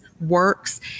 works